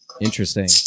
Interesting